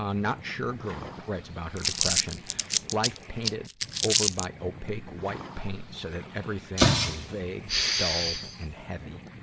um not sure girl writes about her depression life painted over by opaque, white paint so that everything is vague, dull, and heavy.